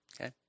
Okay